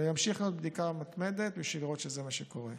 תמשיך להיות בדיקה מתמדת כדי לראות שזה מה שקורה.